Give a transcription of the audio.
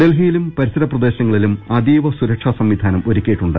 ഡൽഹിയിലും പരിസര പ്രദേശങ്ങളിലും അതീവ സുരക്ഷാ സംവിധാനം ഒരുക്കിയിട്ടു ണ്ട്